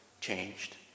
changed